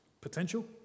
potential